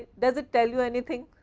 does it tell you anything?